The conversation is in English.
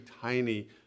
tiny